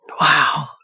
Wow